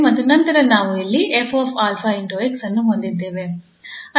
ಮತ್ತು ನಂತರ ನಾವು ಇಲ್ಲಿ 𝑓𝑎𝑥 ಅನ್ನು ಹೊಂದಿದ್ದೇವೆ